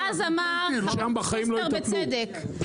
אבל אז אמר אלון שוסטר בצדק,